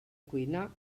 cuinar